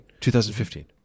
2015